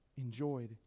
enjoyed